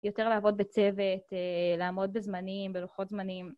יותר לעבוד בצוות, לעמוד בזמנים, בלוחות זמנים.